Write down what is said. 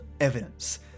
evidence